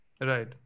Right